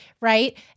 right